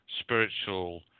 spiritual